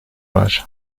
var